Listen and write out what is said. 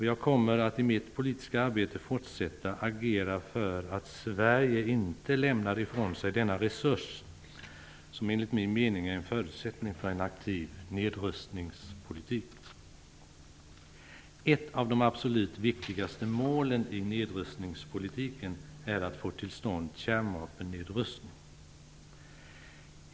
Jag kommer att i mitt politiska arbete fortsätta att agera för att Sverige inte lämnar ifrån sig denna resurs, som enligt min mening är en förutsättning för en aktiv nedrustningspolitik. Ett av de absolut viktigaste målen i nedrustningspolitiken är att få till stånd kärnvapennedrustning.